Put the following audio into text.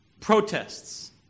Protests